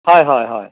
হয় হয় হয়